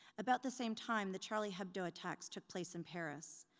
about the same time, the charlie hebdo attacks took place in paris.